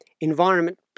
Environment